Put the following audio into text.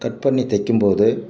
cut பண்ணி தைக்கும் போது